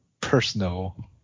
personal